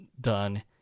done